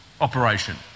operation